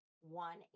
one